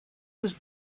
was